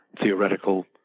theoretical